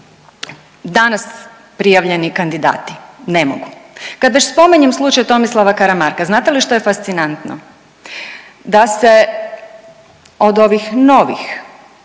danas prijavljeni kandidati? Ne mogu. Kad već spominjem slučaj Tomislava Karamarka znate li što je fascinantno? Da se od ovih novih